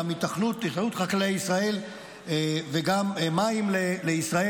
גם התאחדות חקלאי ישראל וגם מים לישראל